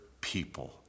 people